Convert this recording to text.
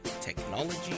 technology